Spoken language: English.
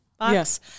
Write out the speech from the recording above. Yes